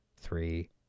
three